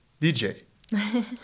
DJ